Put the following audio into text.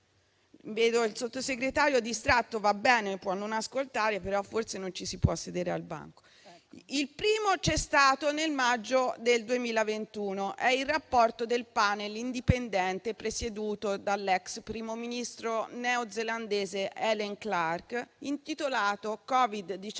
Il primo c'è stato nel maggio del 2021: è il rapporto del *panel* indipendente presieduto dall'ex primo ministro neozelandese Helen Clark, intitolato «Covid-19,